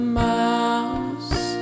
mouse